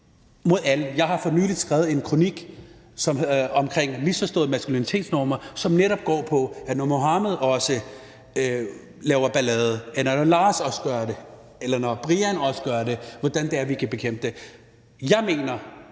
bekæmpes. Jeg har for nylig skrevet en kronik om misforståede maskulinitetsnormer, som netop går på, hvordan vi, når Muhammed laver ballade, eller når Lars gør det, eller når Brian gør det, kan bekæmpe det. Jeg mener,